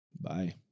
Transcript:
Bye